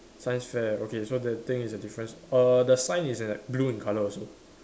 science fair okay so the thing is a difference err the sign is a blue in color also